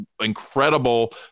incredible